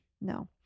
no